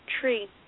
tree